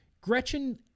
Gretchen